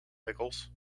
pickles